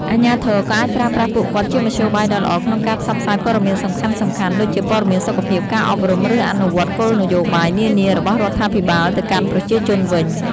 អាជ្ញាធរក៏អាចប្រើប្រាស់ពួកគាត់ជាមធ្យោបាយដ៏ល្អក្នុងការផ្សព្វផ្សាយព័ត៌មានសំខាន់ៗ ដូចជាព័ត៌មានសុខភាព ការអប់រំ ឬអនុវត្តគោលនយោបាយនានារបស់រដ្ឋាភិបាលទៅកាន់ប្រជាជនវិញ។